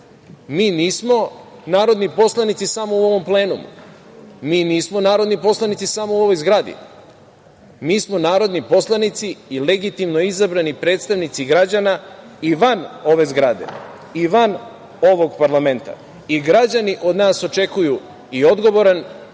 mi nismo narodni poslanici samo u ovom plenumu, mi nismo narodni poslanici samo u ovoj zgradi, mi smo narodni poslanici i legitimno izabrani predstavnici građana i van ove zgrade i van ovog parlamenta i građani od nas očekuju i odgovoran